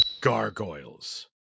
gargoyles